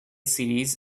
series